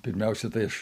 pirmiausia tai aš